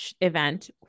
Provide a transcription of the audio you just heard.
event